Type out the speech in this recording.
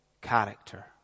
character